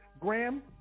Graham